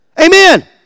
Amen